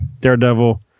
Daredevil